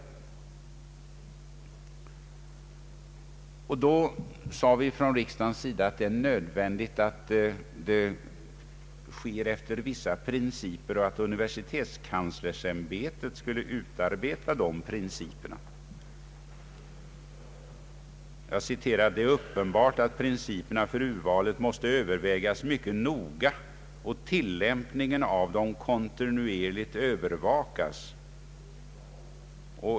Riksdagen uttalade då att detta bör ske efter vissa principer och att universitetskanslersämbetet skulle utarbeta dessa principer. Statsutskottet skrev i sitt utlåtande att det är ”uppenbart att principerna för urvalet måste övervägas mycket noga och tillämpningen av dem kontinuerligt övervakas.